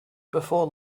before